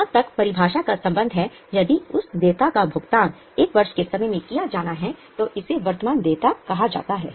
जहाँ तक परिभाषा का संबंध है यदि उस देयता का भुगतान 1 वर्ष के समय में किया जाना है तो इसे वर्तमान देयता कहा जाता है